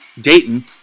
Dayton